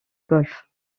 golfe